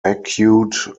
acute